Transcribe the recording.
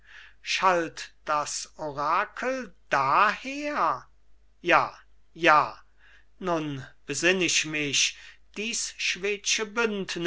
schallt das orakel daher ja ja nun besinn ich mich dies